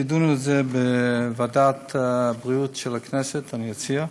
שידונו בו בוועדת הבריאות של הכנסת, אני אציע,